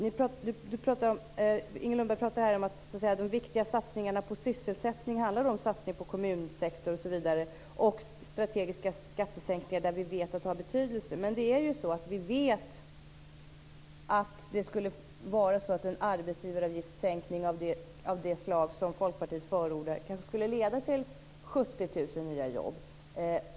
Inger Lundberg pratar om att de viktiga satsningarna på sysselsättning handlar om en satsning på kommunsektorn och strategiska skattesänkningar där vi vet att de har betydelse. Men vi vet att en sänkning av arbetsgivaravgiften av det slag som Folkpartiet förordar kanske skulle leda till 70 000 nya jobb.